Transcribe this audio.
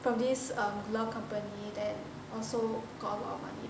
from this um law company that also got a lot of money